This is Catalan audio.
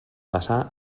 passà